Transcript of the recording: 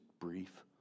brief